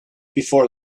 before